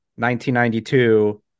1992